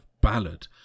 Ballad